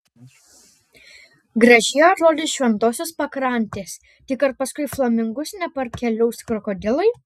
gražiai atrodys šventosios pakrantės tik ar paskui flamingus neparkeliaus krokodilai